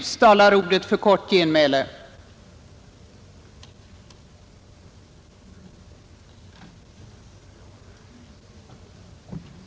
att komma till rätta med narkotikaproblemet att komma till rätta med narkotikaproblemet